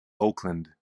oakland